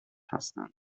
هستند